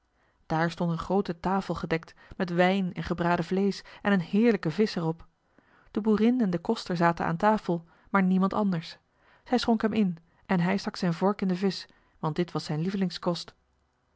daar stond een groote tafel gedekt met wijn en gebraden vleesch en een heerlijken visch er op de boerin en de koster zaten aan tafel maar niemand anders zij schonk hem in en hij stak zijn vork in de visch want dit was zijn lievelingskost